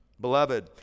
beloved